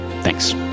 Thanks